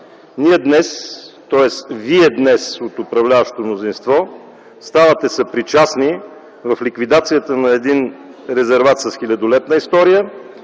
ние днес, тоест вие днес – от управляващото мнозинство, ставате съпричастни в ликвидацията на един резерват с хилядолетна история,